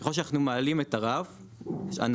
או שאנחנו מעלים את הרף הנמוך,